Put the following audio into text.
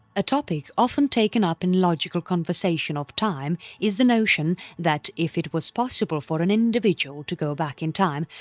a topic often taken up in logical conversation of time is the notion that, if it was possible for an individual to go back in time,